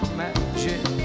magic